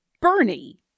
Bernie